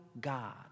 God